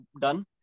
done